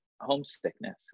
homesickness